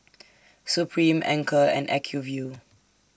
Supreme Anchor and Acuvue